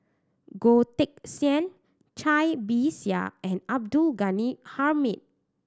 Goh Teck Sian Cai Bixia and Abdul Ghani Hamid